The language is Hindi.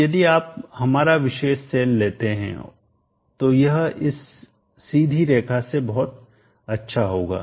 तो यदि आप हमारा विशेष सेल लेते हैं तो यह इस सीधी रेखा से बहुत अच्छा होगा